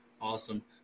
Awesome